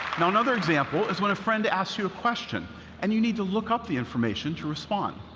now another example is when a friend asks you a question and you need to look up the information to respond.